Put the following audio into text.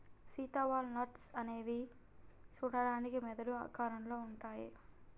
Sita walnuts అనేవి సూడడానికి మెదడు ఆకారంలో ఉంటాయి